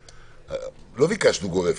לא ביקשנו גורפת.